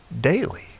daily